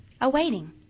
awaiting